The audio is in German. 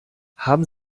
haben